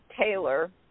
Taylor